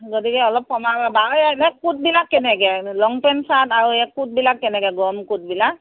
গতিকে অলপ কমাবা কোটবিলাক কেনেকৈ লং পেণ্ট চাৰ্ট আৰু এ কোটবিলাক কেনেকৈ গৰম কোটবিলাক